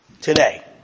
today